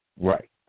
Right